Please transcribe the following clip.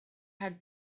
had